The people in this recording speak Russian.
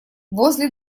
возле